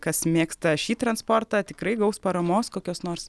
kas mėgsta šį transportą tikrai gaus paramos kokios nors